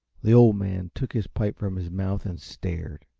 the old man took his pipe from his mouth and stared.